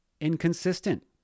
inconsistent